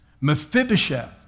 Mephibosheth